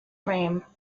frame